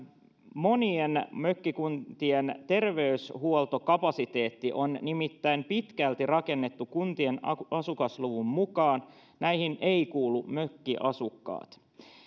monien mökkikuntien terveydenhuoltokapasiteetti on nimittäin pitkälti rakennettu kuntien asukasluvun mukaan näihin eivät kuulu mökkiasukkaat